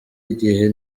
igihe